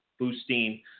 boosting